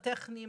הטכניים,